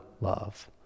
love